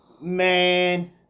man